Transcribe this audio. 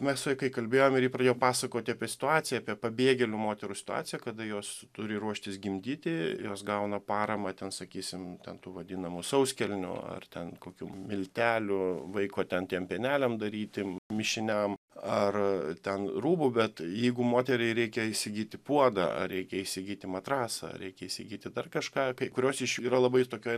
mes su ja kai kalbėjom ir ji pradėjo pasakoti apie situaciją apie pabėgėlių moterų situaciją kada jos turi ruoštis gimdyti jos gauna paramą ten sakysim ten tų vadinamų sauskelnių ar ten kokių miltelių vaiko ten tiem pieneliam daryti mišiniam ar ten rūbų bet jeigu moteriai reikia įsigyti puodą ar reikia įsigyti matrasą reikia įsigyti dar kažką kai kurios iš jų yra labai tokioj